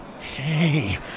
Hey